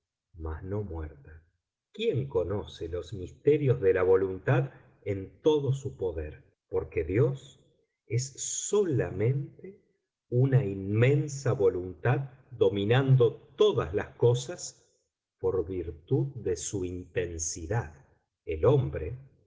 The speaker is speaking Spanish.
mas no muerta quién conoce los misterios de la voluntad en todo su poder porque dios es solamente una inmensa voluntad dominando todas las cosas por virtud de su intensidad el hombre